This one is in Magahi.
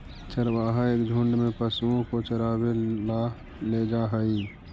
चरवाहा एक झुंड में पशुओं को चरावे ला ले जा हई